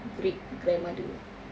great grandmother